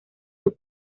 sus